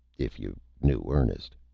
if you knew ernest.